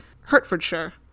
Hertfordshire